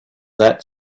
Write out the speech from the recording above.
that